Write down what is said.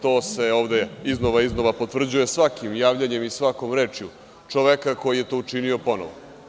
To se ovde iznova i iznova potvrđuje svakim javljanjem i svakom rečju čoveka koji je to učinio ponovo.